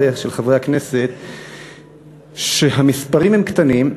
ושל חברי הכנסת לכך שהמספרים קטנים.